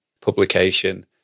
publication